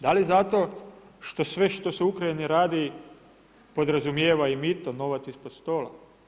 Da li zato što sve što se u Ukrajini radi podrazumijeva i mito, novac ispod stola?